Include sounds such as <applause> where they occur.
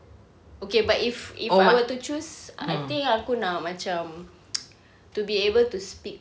okay but if if I were to choose I think aku nak macam <noise> to be able to speak